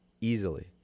easily